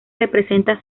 representa